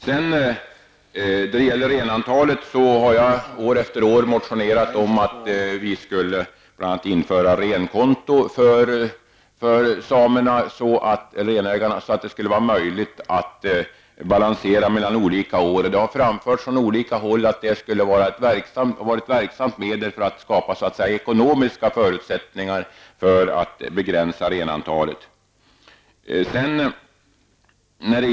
När det gäller renantalet har jag år efter år motionerat om att vi bl.a. bör införa renkonto för renägarna, så att det blir möjligt att balansera mellan olika år. Från olika håll har det framhållits att detta skulle vara ett verksamt medel för att skapa så att säga ekonomiska förutsättningar att begränsa renantalet.